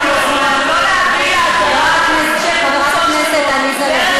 מי שהיה היום בוועדה יודע טוב מאוד מי סתם למי את הפה.